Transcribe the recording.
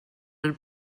den